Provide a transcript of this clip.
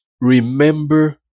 remember